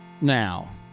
now